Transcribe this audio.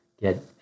get